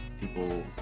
people